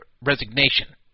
resignation